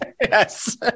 Yes